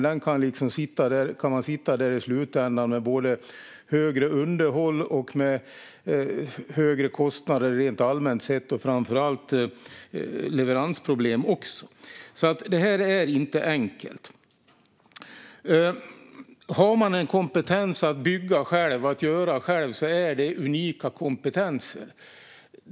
Då kan man nämligen sitta där i slutändan med både högre underhåll, högre kostnader rent allmänt och framför allt även leveransproblem. Det här är inte enkelt. Kompetensen att bygga själv är en unik kompetens.